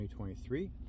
2023